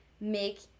make